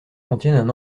contiennent